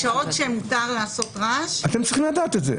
בשעות שמותר לעשות רעש אנחנו צריכים למדוד את זה.